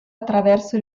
attraverso